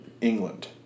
England